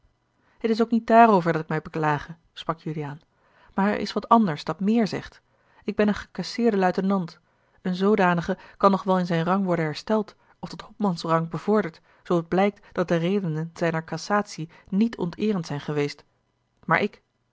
het is ook niet daarover dat ik mij beklage sprak juliaan maar er is wat anders dat meer zegt ik ben een gecasseerde luitenant een zoodanige kan nog wel in zijn rang worden hersteld of tot hopmansrang bevorderd zoo het blijkt dat de redenen zijner cassatie niet onteerend zijn geweest maar ik